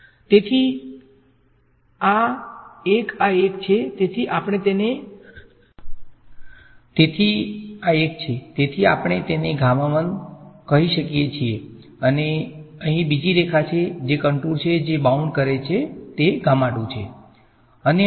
તેથી એક આ એક છે તેથી આપણે તેને કરી શકીએ છીએ અને અહીં બીજી રેખા છે જે જે કંટુર જે બાઉંડ કરે તે છે